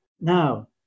Now